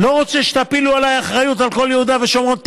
לא רוצה שתפילו עליי אחריות על כל יהודה ושומרון.